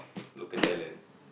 local talent